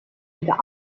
wieder